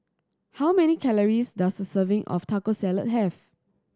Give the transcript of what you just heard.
how many calories does a serving of Taco Salad have